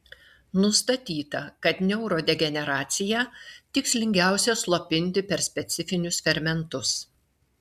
nustatyta kad neurodegeneraciją tikslingiausia slopinti per specifinius fermentus